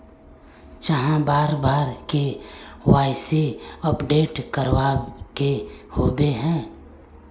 चाँह बार बार के.वाई.सी अपडेट करावे के होबे है?